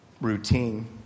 routine